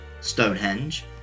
Stonehenge